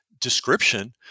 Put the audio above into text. description